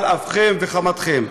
על אפכם ועל חמתכם.